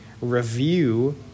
Review